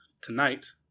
tonight